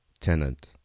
Tenant